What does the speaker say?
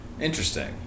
Interesting